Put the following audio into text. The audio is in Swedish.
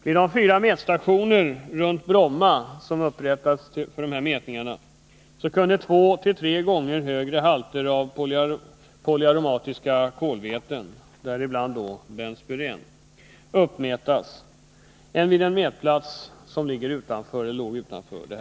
Vid de fyra mätstationer runt Bromma som upprättats för dessa mätningar kunde två å tre gånger högre halter av polyaromatiska kolväten, däribland bensopyren, uppmätas än vid en mätplats utanför stråket.